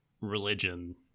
religion